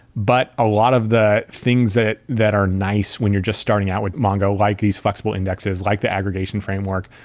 but a lot of the things that that are nice when you're just starting out with mongo, like these flexible indexes, like the aggregation framework,